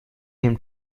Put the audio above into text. him